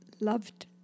loved